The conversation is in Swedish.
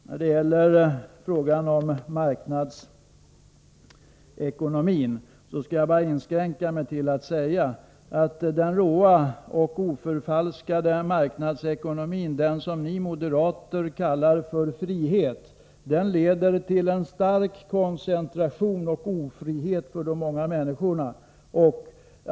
När det gäller frågan om marknadsekonomin skall jag inskränka mig till att säga att den råa och oförfalskade marknadsekonomin, den som ni moderater kallar för frihet, leder till en stark koncentration och ofrihet för de många människorna.